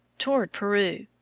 toward peru.